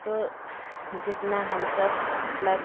जो जितना हम सब मतलब